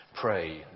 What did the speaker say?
pray